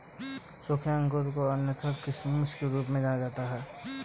सूखे अंगूर को अन्यथा किशमिश के रूप में जाना जाता है